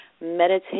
meditate